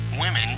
Women